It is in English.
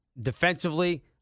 defensively